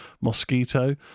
Mosquito